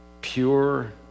pure